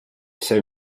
sei